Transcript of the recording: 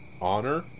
honor